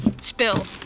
spill